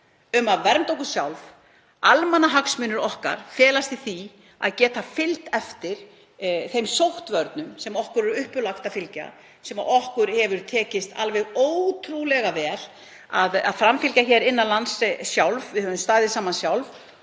um að vernda okkur sjálf felast almannahagsmunir okkar í því að geta fylgt eftir þeim sóttvörnum sem okkur er uppálagt að fylgja, sem okkur hefur tekist alveg ótrúlega vel að framfylgja hér innan lands sjálf. Við höfum staðið saman sjálf.